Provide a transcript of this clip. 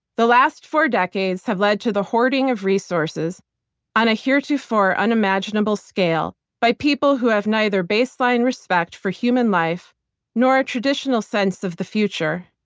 the last four decades have led to the hoarding of resources on a heretofore unimaginable scale by people who have neither baseline respect for human life nor a traditional sense of the future.